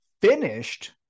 finished